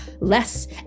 less